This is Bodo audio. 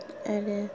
आरो